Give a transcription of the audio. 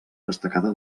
destacada